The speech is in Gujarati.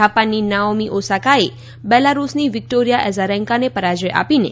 જાપાનની નાઓમી ઓસાકાએ બેલારૂસની વિક્ટોરિયા એઝારેન્કાને પરાજય આપીને